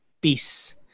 peace